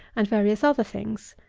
and various other things.